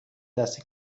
دست